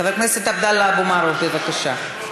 חבר הכנסת עבדאללה אבו מערוף, בבקשה.